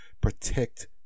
protect